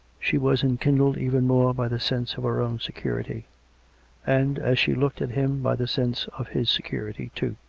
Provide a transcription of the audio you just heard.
she was enkindled even more by the sense of her own security and, as she looked at him, by the sense of his security too.